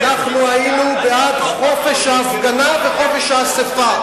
אנחנו היינו בעד חופש ההפגנה וחופש האספה.